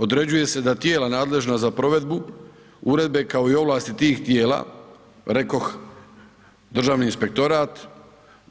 Određuje se da tijela nadležna za provedbu uredbe kao i ovlasti tih tijela, rekoh Državni inspektorat,